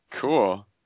Cool